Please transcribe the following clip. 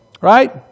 Right